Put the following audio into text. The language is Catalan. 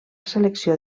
selecció